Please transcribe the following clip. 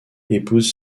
épouse